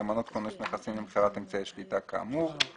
למנות כונס נכסים למכירת אמצעי השליטה כאמור.